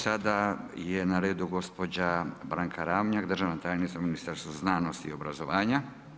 Sada je na redu gospođa Branka Ramljak, državna tajnica u Ministarstvu znanosti i obrazovanja.